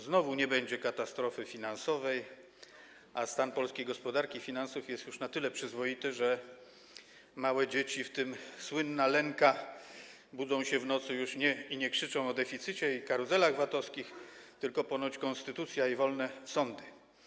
Znowu nie będzie katastrofy finansowej, a stan polskiej gospodarki i finansów jest już na tyle przyzwoity, że małe dzieci, w tym słynna Lenka, kiedy budzą się w nocy, już nie krzyczą o deficycie i karuzelach VAT-owskich, tylko ponoć: konstytucja i wolne sądy.